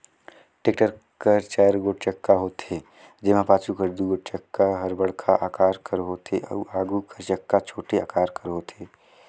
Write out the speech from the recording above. tractor कर चाएर गोट चक्का होथे, जेम्हा पाछू कर दुगोट चक्का हर बड़खा अकार कर होथे अउ आघु कर चक्का छोटे अकार कर होथे